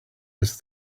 his